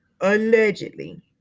Allegedly